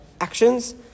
actions